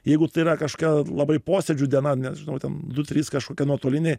jeigu tai yra kažkokia labai posėdžių diena nes ten du trys kažkokie nuotoliniai